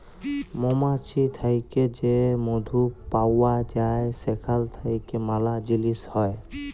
মমাছি থ্যাকে যে মধু পাউয়া যায় সেখাল থ্যাইকে ম্যালা জিলিস হ্যয়